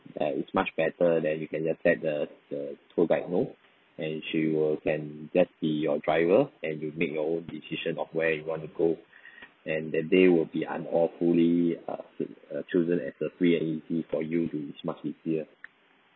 uh it's much better that you can just let the the tour guide know and she will can just be your driver and you make your own decision of where you want to go and that day will be and hopefully uh uh chosen as a free and easy for you to it's much easier